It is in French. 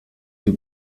que